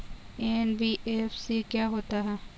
NBFC क्या होता है?